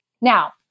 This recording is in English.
Now